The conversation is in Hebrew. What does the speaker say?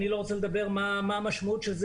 אני לא רוצה לדבר על מה המשמעות של זה